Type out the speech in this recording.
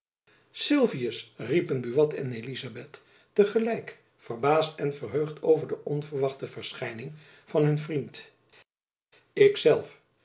sylvius riepen buat en elizabeth te gelijk verbaasd en verheugd over de onverwachte verschijning van hun vriend